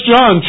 John